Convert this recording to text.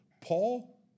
Paul